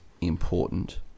important